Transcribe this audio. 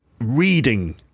reading